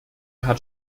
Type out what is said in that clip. hat